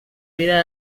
vida